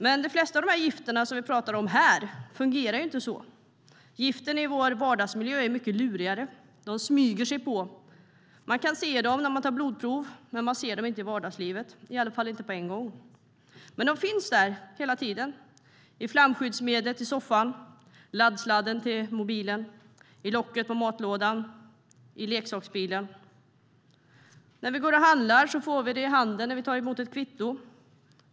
Men de flesta av de gifter som vi pratar om här fungerar inte så. Gifterna i vår vardagsmiljö är mycket lurigare. De smyger sig på. Man kan se dem när man tar blodprov, men man ser dem inte i vardagslivet, i alla fall inte på en gång. Men de finns där hela tiden: i flamskyddsmedlet i soffan, i laddsladden till mobilen, i locket på matlådan och i leksaksbilen. När vi går och handlar får vi det i handen när vi tar emot ett kvitto.